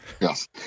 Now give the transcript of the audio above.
yes